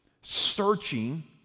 searching